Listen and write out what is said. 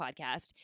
podcast